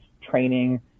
training